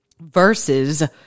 versus